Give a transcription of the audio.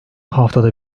haftada